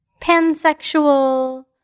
pansexual